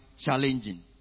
challenging